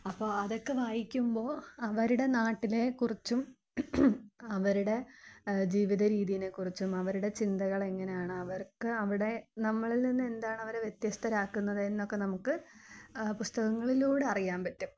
അപ്പോള് അതൊക്കെ വായിക്കുമ്പോള് അവരുടെ നാട്ടിലെ കുറിച്ചും അവരുടെ ജീവിത രീതിയിനെക്കുറിച്ചും അവരുടെ ചിന്തകൾ എങ്ങനെയാണ് അവർക്ക് അവിടെ നമ്മളിൽ നിന്ന് എന്താണ് അവരെ വ്യത്യസ്തരാക്കുന്നത് എന്നൊക്കെ നമുക്ക് പുസ്തകങ്ങളിലൂടെ അറിയാന് പറ്റും